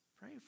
Pray